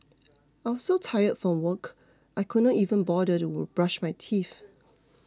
I was so tired from work I could not even bother to brush my teeth